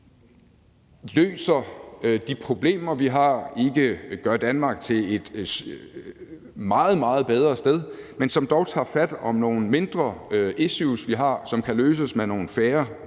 løser de problemer, vi har, som ikke gør Danmark til et meget, meget bedre sted, men som dog tager fat om nogle mindre problemer, vi har, som kan løses, så der er nogle færre